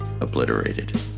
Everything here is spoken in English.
obliterated